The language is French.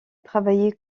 travaillé